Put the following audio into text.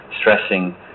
stressing